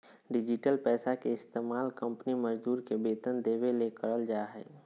digital पैसा के इस्तमाल कंपनी मजदूर के वेतन देबे ले करल जा हइ